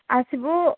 ꯑꯁꯤꯕꯨ